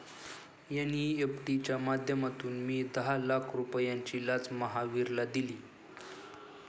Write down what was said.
NEFT च्या माध्यमातून मी दहा लाख रुपयांची लाच महावीरला दिली